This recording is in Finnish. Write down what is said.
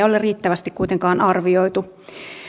ole riittävästi kuitenkaan arvioitu